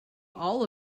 all